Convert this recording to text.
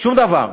שום דבר,